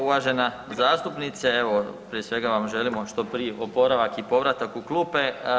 Poštovana zastupnice, evo prije svega vam želimo što prije oporavak i povratak u klupe.